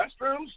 restrooms